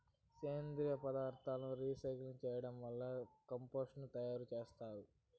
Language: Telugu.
సేంద్రీయ పదార్థాలను రీసైక్లింగ్ చేయడం వల్ల కంపోస్టు ను తయారు చేత్తారు